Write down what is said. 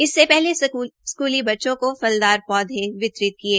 इससे पहले उपाय्क्त स्कूली बच्चों को फलदार पौधे वितरित किये